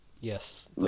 Yes